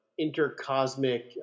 intercosmic